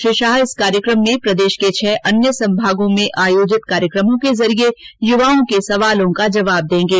श्री शाह इस कार्यक्रम में प्रदेश के छह अन्य सम्भागों में आयोजित कार्यक्रमों के जरिए युवाओं के प्रश्नों का जवाब देंगे